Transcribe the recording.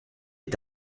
est